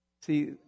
See